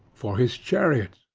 for his chariots,